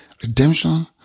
redemption